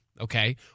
okay